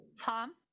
Tom